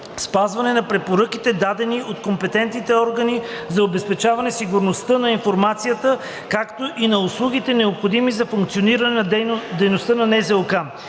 спазване на препоръките, дадени от компетентните органи за обезпечаване сигурността на информацията, както и на услугите, необходими за функциониране на дейността на НЗОК.